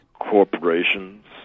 Corporations